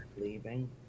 leaving